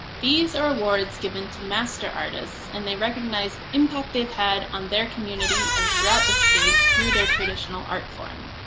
these are awards given to master artists, and they recognize the impact they've had on their community and throughout the state through their traditional art form.